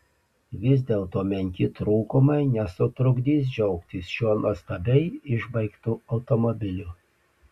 vis dėlto menki trūkumai nesutrukdys džiaugtis šiuo nuostabiai išbaigtu automobiliu